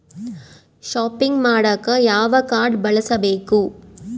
Shopping ಮಾಡಾಕ ಯಾವ card ಬಳಸಬೇಕು?